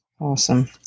Awesome